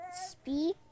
speak